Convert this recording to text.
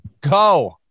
Go